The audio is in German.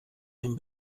dem